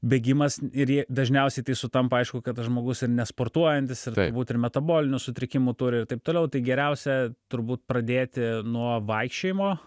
bėgimas ir dažniausiai tai sutampa aišku kad tas žmogus ir nesportuojantis ir turbūt ir metabolinių sutrikimų turi ir taip toliau tai geriausia turbūt pradėti nuo vaikščiojimo